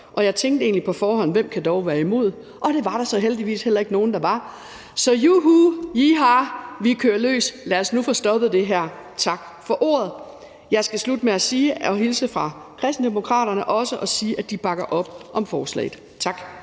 Jeg tænkte egentlig på forhånd: Hvem kan dog være imod? Og det var der så heldigvis heller ikke nogen der var. Så juhu, yeehaw, vi kører løs! Lad os nu få stoppet det her. Tak for ordet. Jeg skal slutte med også at hilse fra Kristendemokraterne og sige, at de bakker op om forslaget. Tak.